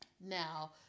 Now